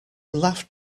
laughed